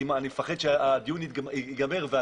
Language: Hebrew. אני מפחד שהדיון יסתיים והתקנות